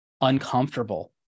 uncomfortable